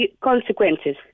consequences